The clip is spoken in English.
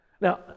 Now